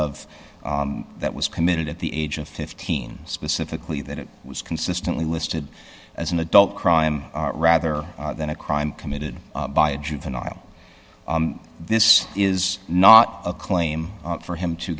of that was committed at the age of fifteen specifically that it was consistently listed as an adult crime rather than a crime committed by a juvenile this is not a claim for him to